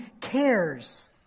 cares